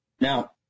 Now